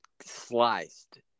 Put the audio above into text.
sliced